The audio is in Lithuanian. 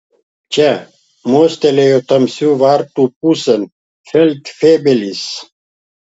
čia mostelėjo tamsių vartų pusėn feldfebelis